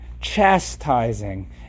chastising